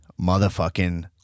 Motherfucking